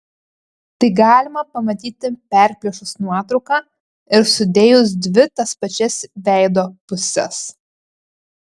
tai galima pamatyti perplėšus nuotrauką ir sudėjus dvi tas pačias veido puses